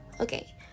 okay